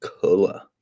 Color